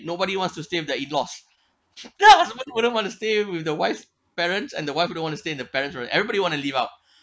nobody wants to stay with their in-laws ya nobody wouldn't want to stay with the wife's parents and the wife wouldn't want to stay in the parents everybody want to live out